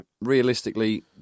realistically